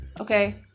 Okay